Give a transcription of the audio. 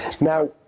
now